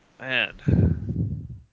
Man